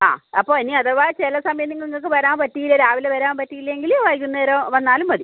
ആ അപ്പോൾ ഇനി അഥവാ ചില സമയം നിങ്ങൾക്ക് വരാൻ പറ്റിയില്ലെങ്കിൽ രാവിലെ വരാൻ പറ്റിയില്ലെങ്കിൽ വൈകുന്നേരം വന്നാലും മതി